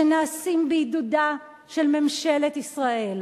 שנעשה בעידודה של ממשלת ישראל,